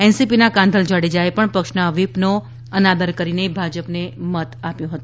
એનસીપીના કાંધલ જાડેજાએ પણ પક્ષના વ્હિપનો અનાદર કરીને ભાજપને મત આપ્યો હતો